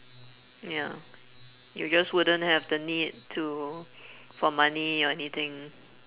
ya you just wouldn't have the need to for money or anything